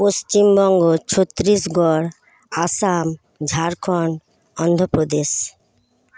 Paschimbanga Chhattisgarh Assam Jharkhand Andhra Pradesh